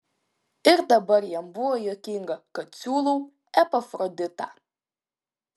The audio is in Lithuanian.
ir dabar jam buvo juokinga kad siūlau epafroditą